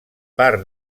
part